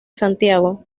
santiago